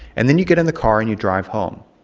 and then you get in the car and you drive home.